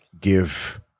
give